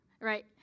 right